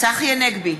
צחי הנגבי,